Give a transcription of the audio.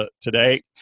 today